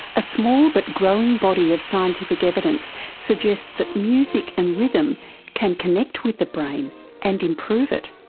a small but growing body of scientific evidence suggests that music and rhythm can connect with the brain and improve it.